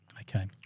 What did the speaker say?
okay